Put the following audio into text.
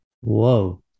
whoa